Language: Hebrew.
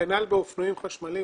כנ"ל באופנועים חשמליים.